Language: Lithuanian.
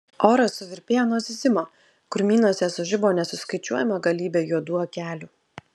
oras suvirpėjo nuo zyzimo krūmynuose sužibo nesuskaičiuojama galybė juodų akelių